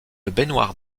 baignoire